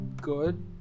good